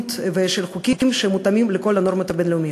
ושל חוקים שמותאמים לכל הנורמות הבין-לאומיות.